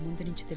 didn't